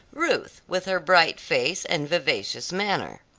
ruth with her bright face, and vivacious manner.